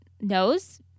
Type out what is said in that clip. knows